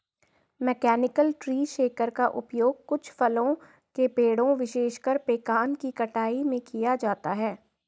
mechanical tree shaker का उपयोग कुछ फलों के पेड़ों, विशेषकर पेकान की कटाई में किया जाता है